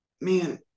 man